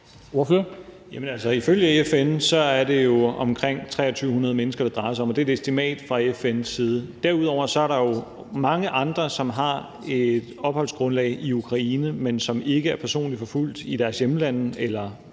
ifølge FN er det jo omkring 2.300 mennesker, det drejer sig om, og det er et estimat fra FN's side. Derudover er der jo mange andre, som har et opholdsgrundlag i Ukraine, men som ikke er personligt forfulgt i deres hjemlande, eller